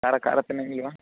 ಖಾರ ಖಾರ ತಿನ್ನಂಗಿಲ್ವಾ